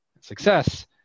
success